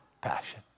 passion